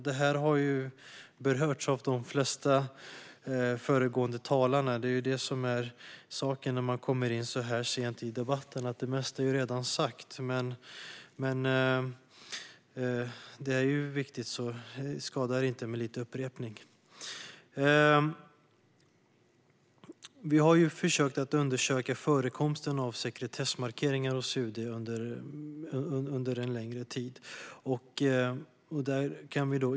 Det har de flesta föregående talare redan berört. När man kommer in så här sent i debatten har det mesta redan sagts, men eftersom det är viktiga saker skadar det inte med lite upprepning. Vi har försökt att undersöka förekomsten av sekretessmarkeringar på UD under en längre tid.